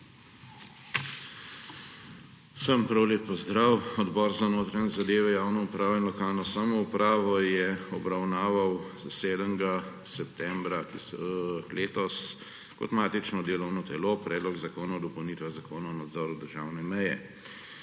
Vsem prav lep pozdrav! Odbor za notranje zadeve, javno upravo in lokalno samoupravo je obravnaval 7. septembra letos kot matično delovno telo Predlog zakona o dopolnitvah Zakona o nadzoru državne meje.